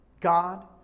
God